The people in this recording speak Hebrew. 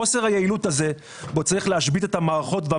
חוסר היעילות הזה בו צריך להשבית את המערכות ואת